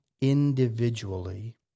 individually